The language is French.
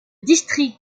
district